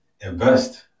invest